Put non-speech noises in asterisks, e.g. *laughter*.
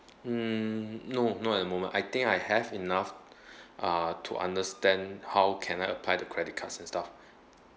mm no no at the moment I think I have enough *breath* uh to understand how can I apply the credit cards and stuff